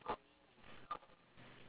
ya a small rebellion lor